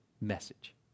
message